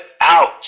out